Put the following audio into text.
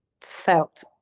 felt